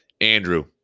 Andrew